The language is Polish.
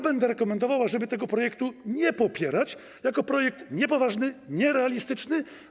Będę rekomendował, ażeby tego projektu nie popierać jako projektu niepoważnego, nierealistycznego.